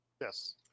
Yes